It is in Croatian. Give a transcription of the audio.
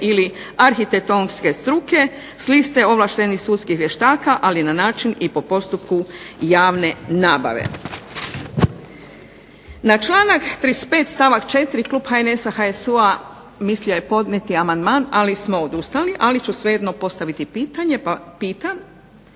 ili arhitektonske struke s liste ovlaštenih sudskih vještaka, ali na način i po postupku javne nabave. Na članak 35. stavak 4. klub HNS-a, HSU-a mislio je podnijeti amandman ali smo odustali, ali ću svejedno postaviti pitanje pa pitam